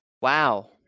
Wow